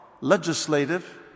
legislative